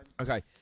Okay